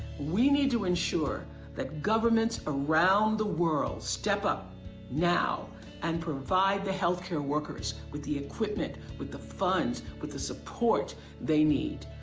we need to ensure that governments around the world step up now and provide health care workers with the equipment, with the funds, with the support they need.